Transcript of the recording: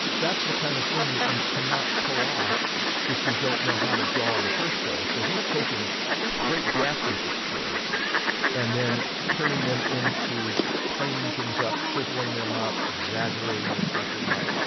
that's the kind of thing that you cannot pull if you don't know how to draw in the first place. so, he's taking great draftsmanship skills and then turning them into planning things up, chiseling them up, exaggerating reflected light.